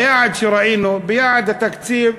היעד שראינו, ביעד התקציב,